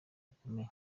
gukomeye